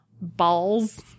balls